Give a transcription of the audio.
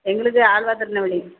எங்களுக்கு ஆழ்வார் திருநெல்வேலி